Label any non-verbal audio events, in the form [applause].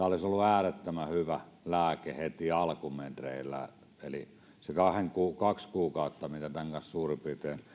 [unintelligible] olisi ollut äärettömän hyvä lääke heti alkumetreillä eli se kaksi kuukautta mitä tämän kanssa suurin piirtein